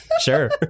Sure